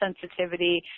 sensitivity